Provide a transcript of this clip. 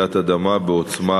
רעידת אדמה בעוצמה